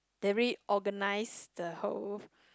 they reorganise the whole